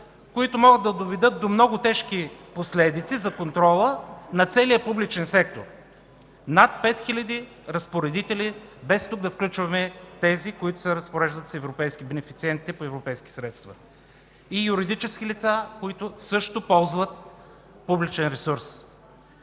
които могат да доведат до много тежки последици за контрола на целия публичен сектор – над 5000 разпоредители, без тук да включваме тези, които се разпореждат с европейски – бенефициентите по европейски средства, и юридически лица, които също ползват публичен ресурс.